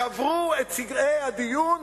וקבעו את סדרי הדיון,